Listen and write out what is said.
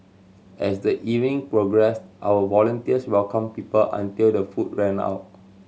as the evening progressed our volunteers welcomed people until the food ran out